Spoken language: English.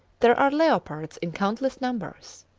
there are leopards in countless numbers.